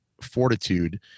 fortitude